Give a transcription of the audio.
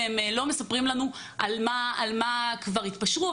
והם לא מספרים לנו על מה כבר התפשרו.